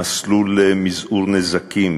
מסלול למזעור נזקים,